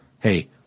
Hey